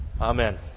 Amen